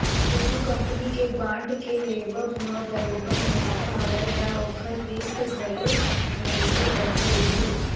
कोनो कंपनी के बांड के लेवब म बरोबर मुनाफा हवय त ओखर रिस्क घलो बरोबर बने रहिथे